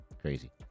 Crazy